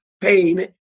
pain